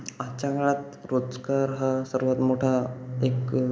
आजच्या काळात रोजगार हा सर्वात मोठा एक